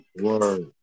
Word